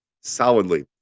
solidly